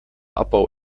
abbau